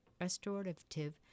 restorative